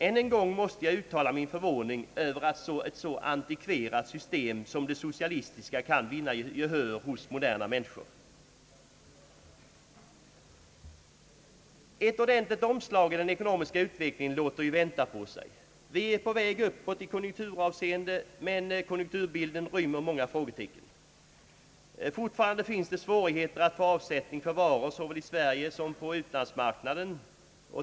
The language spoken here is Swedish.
Än en gång måste jag uttala min förvåning över att ett så antikverat system som det socialistiska kan vinna gehör hos moderna människor. Ett ordentligt omslag i den ekonomiska utvecklingen låter vänta på sig. Vi är på väg uppåt i konjunkturhänseende men konjunkturbilden rymmer många frågetecken. Fortfarande finns det svårigheter att få avsättning för varor såväl i Sverige som på utlandsmarknaden.